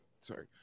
Sorry